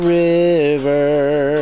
river